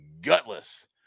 gutless